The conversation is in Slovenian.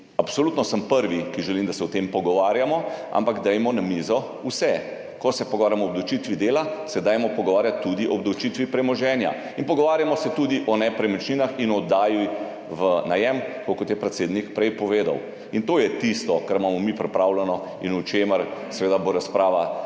Absolutno sem prvi, ki želim, da se o tem pogovarjamo, ampak dajmo na mizo vse. Ko se pogovarjamo o obdavčitvi dela, se pogovarjajmo tudi o obdavčitvi premoženja in pogovarjamo se tudi o nepremičninah in o oddaji v najem, tako kot je predsednik prej povedal. To je tisto, kar imamo mi pripravljeno in o čemer bo seveda tekla razprava